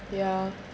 ya